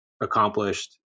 accomplished